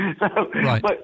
Right